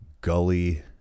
gully